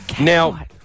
Now